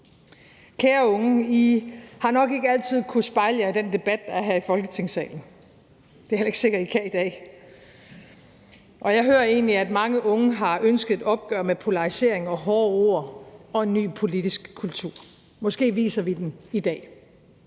Kære unge, I har nok ikke altid kunnet spejle jer i den debat, der er her i Folketingssalen, og det er heller ikke sikkert, at I kan i dag, og jeg hører egentlig, at mange unge har ønsket er opgør med polarisering og hårde ord og en ny politisk kultur. Måske viser vi den i dag.